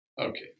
Okay